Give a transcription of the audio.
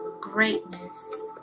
greatness